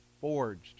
forged